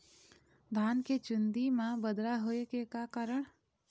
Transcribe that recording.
धान के चुन्दी मा बदरा होय के का कारण?